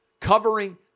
covering